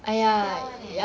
can tell [one] leh